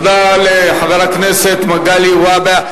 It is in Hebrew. תודה לחבר הכנסת מגלי והבה.